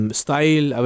style